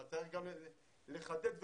אבל צריך גם לחדד ולומר,